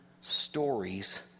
stories